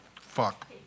fuck